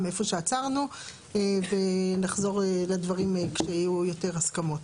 מאיפה שעצרנו ונחזור לדברים כשיהיו יותר הסכמות.